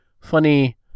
funny